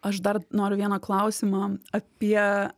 aš dar noriu vieną klausimą apie